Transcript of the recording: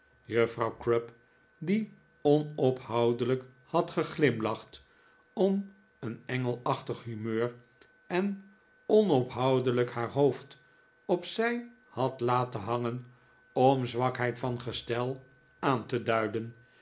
juffrouw crupp die onophoudelijk had geglimlacht om een engelachtig humeur en onophoudeliik haar hoofd op zij had later hangen om zwakheid van gestel aan te duiden